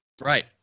Right